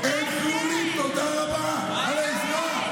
גם זה כלול בהצעת חוק.